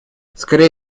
скорее